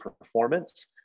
performance